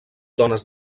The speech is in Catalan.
dones